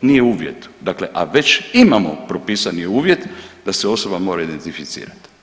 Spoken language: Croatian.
nije uvjet, dakle a već imamo propisani uvjet da se osoba mora identificirati.